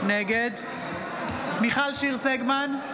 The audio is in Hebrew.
נגד מיכל שיר סגמן,